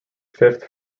fifth